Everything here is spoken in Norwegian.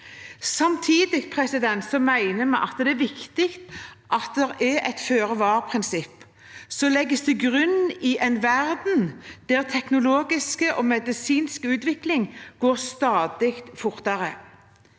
Samtidig mener vi at det er viktig at det er et føre-var-prinsipp som legges til grunn i en verden der teknologisk og medisinsk utvikling går stadig fortere.